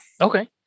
Okay